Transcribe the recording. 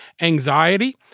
anxiety